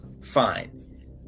Fine